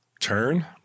Turn